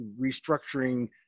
restructuring